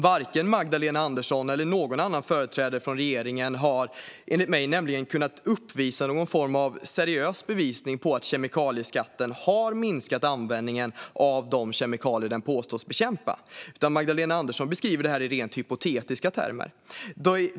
Varken Magdalena Andersson eller någon annan företrädare för regeringen har enligt min uppfattning kunnat uppvisa någon form av seriöst bevis på att kemikalieskatten har minskat användningen av de kemikalier den påstås bekämpa. Magdalena Andersson beskriver detta i rent hypotetiska termer.